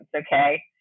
Okay